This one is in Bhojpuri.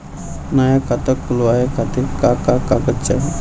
नया खाता खुलवाए खातिर का का कागज चाहीं?